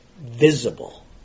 visible